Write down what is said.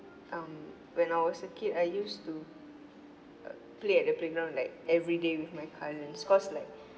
um when I was a kid I used to uh play at the playground like everyday with my cousins cause like